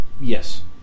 yes